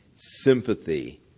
Sympathy